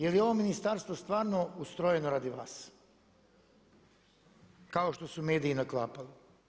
Je li ovo ministarstvo stvarno ustrojeno radi vas kao što su mediji naklapali?